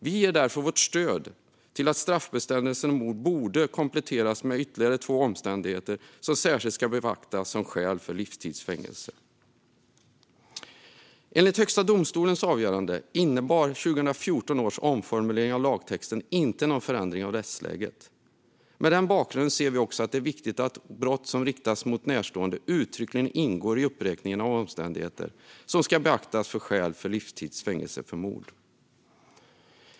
Vi ger därför vårt stöd till att straffbestämmelsen om mord borde kompletteras med ytterligare två omständigheter som särskilt ska beaktas som skäl för livstids fängelse. Enligt Högsta domstolens avgörande innebar 2014 års omformulering av lagtexten inte någon förändring av rättsläget. Mot den bakgrunden ser vi också att det är viktigt att brott som riktats mot närstående uttryckligen ingår i uppräkningen av omständigheter som ska beaktas som skäl för livstids fängelse för mord.